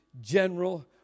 general